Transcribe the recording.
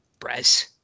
brez